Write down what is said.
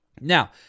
Now